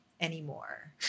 anymore